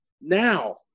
now